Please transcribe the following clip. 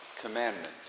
commandments